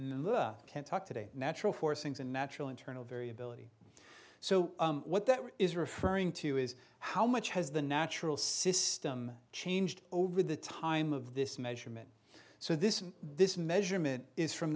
earth can talk today natural forcings and natural internal variability so what that is referring to is how much has the natural system changed over the time of this measurement so this this measurement is from